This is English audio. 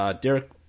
Derek